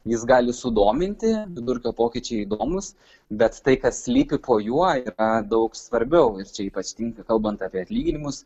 jis gali sudominti vidurkio pokyčiai įdomūs bet tai kas slypi po juo yra daug svarbiau ir čia ypač tinka kalbant apie atlyginimus